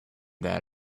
that